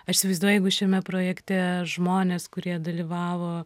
aš įsivaizduoju jeigu šiame projekte žmonės kurie dalyvavo